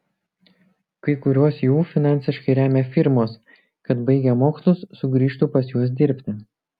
kai kuriuos jų finansiškai remia firmos kad baigę mokslus sugrįžtų pas juos dirbti